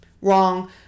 Wrong